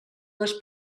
les